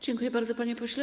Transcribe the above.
Dziękuję bardzo, panie pośle.